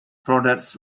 products